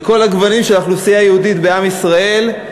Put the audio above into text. של כל הגוונים של האוכלוסייה היהודית בעם ישראל,